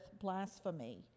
blasphemy